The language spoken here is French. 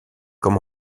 comme